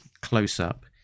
close-up